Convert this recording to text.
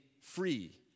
free